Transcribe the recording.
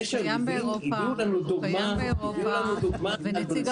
זה שהביאו לנו דוגמה --- קיים באירופה ונציג